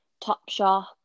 Topshop